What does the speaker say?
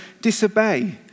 disobey